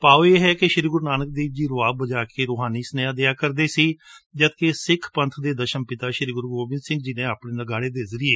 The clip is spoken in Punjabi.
ਭਾਵ ਇਹ ਕਿ ਸ਼ੂੀ ਗੁਰੁ ਨਾਨਕ ਦੇਵ ਜੀ ਰਵਾਬ ਵਜਾ ਕੇ ਆਪਣਾ ਰੁਹਾਨੀ ਸੁਨੇਹਾ ਦਿਆ ਕਰਦੇ ਸਨ ਜਦਕਿ ਸਿੱਖ ਪੰਬ ਦੇ ਦਸ਼ਮ ਪਿਤਾ ਸ਼ੀ ਗੁਰੂ ਗੋਬਿੰਦ ਸਿੰਘ ਜੀ ਆਪਣੇ ਨਗਾੜੇ ਦੇ ਜਰਿਏ